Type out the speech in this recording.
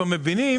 מה זה "מבינים"?